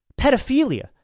Pedophilia